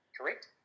correct